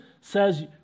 says